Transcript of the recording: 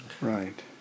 right